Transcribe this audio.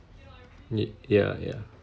yeah yeah